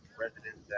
residents